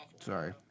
Sorry